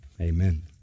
Amen